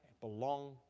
belong